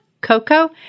Coco